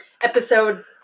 Episode